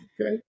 Okay